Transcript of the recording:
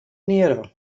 nieró